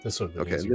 Okay